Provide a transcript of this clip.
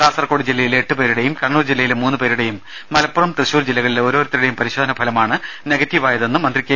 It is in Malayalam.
കാസർകോട് ജില്ലയിലെ എട്ട് പേരുടേയും കണ്ണൂർ ജില്ലയിലെ മൂന്ന് പേരുടേയും മലപ്പുറം തൃശൂർ ജില്ലകളിലെ ഓരോരുത്തരുടേയും പരിശോധനാഫലമാണ് നെഗറ്റീവായതെന്ന് മന്ത്രി കെ